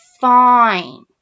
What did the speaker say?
fine